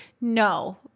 No